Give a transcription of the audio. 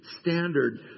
Standard